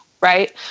right